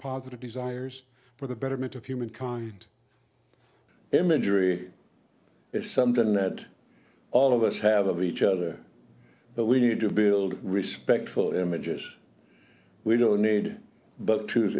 positive desires for the betterment of humankind imagery is something ned all of us have of each other but we need to build respectful images we don't need b